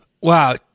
Wow